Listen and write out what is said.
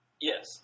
yes